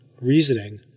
Reasoning